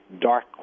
dark